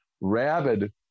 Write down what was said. rabid